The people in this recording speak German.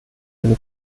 eine